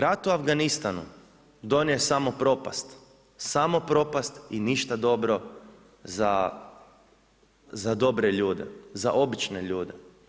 Rat u Afganistanu donio je samo propast, samo propast i ništa dobro za dobre ljude, za obične ljude.